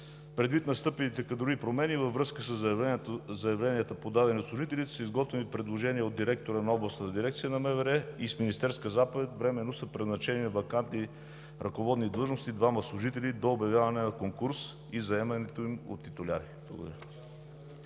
Предвид настъпилите кадрови промени във връзка със заявленията, подадени от служители, са изготвени предложения от директора на Областна дирекция на МВР и с министерска заповед временно са преназначени на вакантни ръководни длъжности двама служители до обявяване на конкурс и заемането им от титуляри.